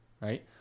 right